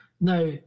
Now